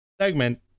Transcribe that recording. segment